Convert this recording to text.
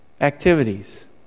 activities